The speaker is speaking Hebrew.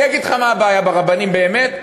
אני אגיד לך מה הבעיה ברבנים באמת,